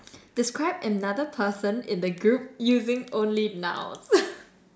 describe another person in the group using only nouns